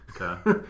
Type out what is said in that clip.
Okay